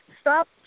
Stop